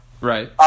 Right